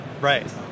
Right